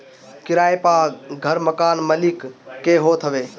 किराए पअ घर मकान मलिक के होत हवे